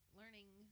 learning